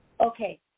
okay